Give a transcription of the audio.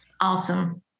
Awesome